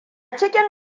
cikin